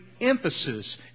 emphasis